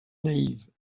naïve